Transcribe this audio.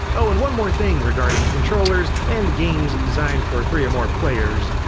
oh and one more thing regarding controllers and games designed for three or more players.